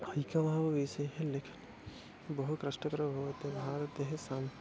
ऐक्य भावविषये लिख् बहु कष्टकरो भवते भारतेः साम्